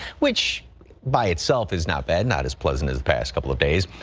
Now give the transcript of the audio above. which by itself is not bad, not as pleasant as the past couple of days,